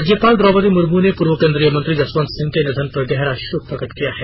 राज्यपाल द्रौपदी मुर्मू ने पूर्व केन्द्रीय मंत्री जसवंत सिंह के निधन पर गहरा शोक प्रकट किया है